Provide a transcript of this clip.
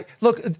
Look